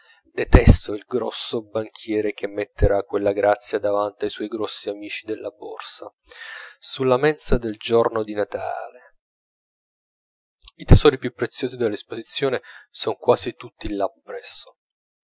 detesto il grosso banchiere che metterà quella grazia davanti ai suoi grossi amici della borsa sulla mensa del giorno di natale i tesori più preziosi dell'esposizione son quasi tutti là presso